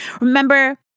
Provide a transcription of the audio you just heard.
Remember